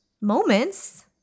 Moments